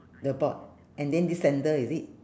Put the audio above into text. the board and then this sandal is it